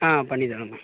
ஆ பண்ணித்தரோம் மேம்